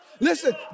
Listen